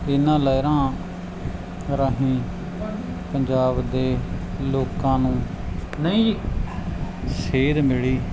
ਇਨਾ ਲਹਿਰਾਂ ਰਾਹੀਂ ਪੰਜਾਬ ਦੇ ਲੋਕਾਂ ਨੂੰ ਨਹੀਂ ਸੇਧ ਮਿਲੀ